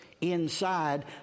inside